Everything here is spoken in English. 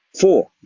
Four